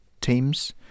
teams